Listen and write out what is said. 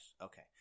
Okay